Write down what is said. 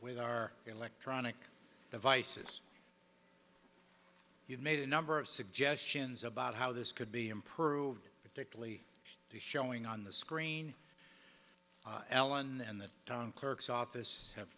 with our electronic devices you've made a number of suggestions about how this could be improved particularly showing on the screen ellen and the town clerk's office have